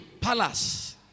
Palace